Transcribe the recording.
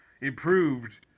improved –